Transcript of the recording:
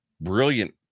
Brilliant